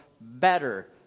better